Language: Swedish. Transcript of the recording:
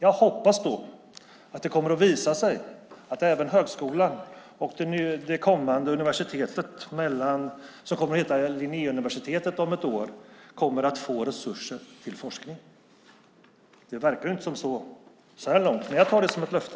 Jag hoppas då att det kommer att visa sig att även högskolan och det om ett år kommande universitetet, som kommer att heta Linnéuniversitet, kommer att få resurser till forskning. Så här långt verkar det inte så, men jag tar det som ett löfte.